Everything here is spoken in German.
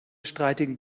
streitigen